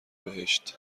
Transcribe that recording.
بهشت